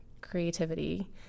creativity